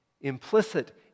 Implicit